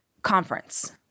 Conference